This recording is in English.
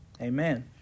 amen